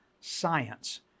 science